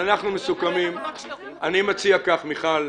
אז מיכל,